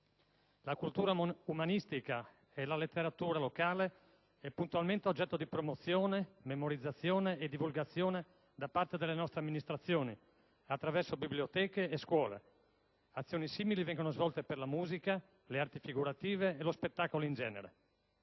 La cultura umanistica e la letteratura locale sono puntualmente oggetto di promozione, memorizzazione e divulgazione da parte delle nostre amministrazioni, attraverso biblioteche e scuole. Azioni simili vengono svolte per la musica, le arti figurative e lo spettacolo in genere.